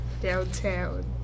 downtown